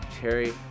cherry